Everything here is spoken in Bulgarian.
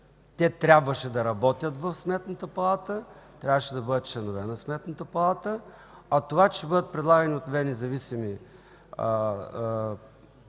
Те трябваше да работят в Сметната палата, трябваше да бъдат членове на Сметната палата. Това че ще бъдат предлагани от две независими